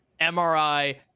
MRI